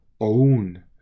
own